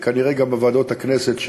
וכנראה גם בוועדות הכנסת,